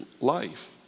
life